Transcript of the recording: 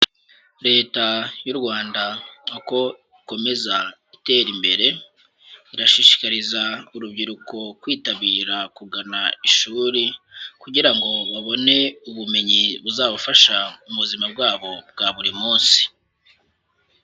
Leta y'u Rwanda uko ikomeza itera imbere irashishikariza urubyiruko kwitabira kugana ishuri kugira ngo babone ubumenyi buzabafasha mu buzima bwabo bwa buri munsi.